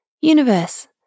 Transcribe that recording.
universe